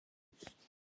bwe